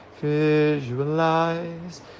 visualize